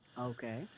okay